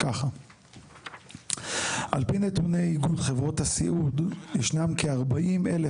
על פי נתוני איגוד חברות הסיעוד ישנם כ-40,000